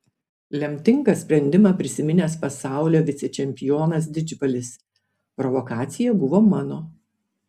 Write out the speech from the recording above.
lemtingą sprendimą prisiminęs pasaulio vicečempionas didžbalis provokacija buvo mano